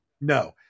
No